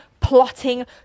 plotting